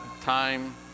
time